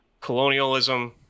colonialism